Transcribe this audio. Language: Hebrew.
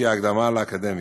שהיא ההקדמה לאקדמיה.